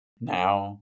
now